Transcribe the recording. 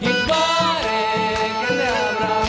you know